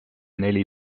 neli